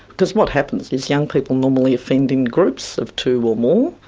because what happens is, young people normally offend in groups of two or more,